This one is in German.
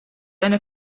eine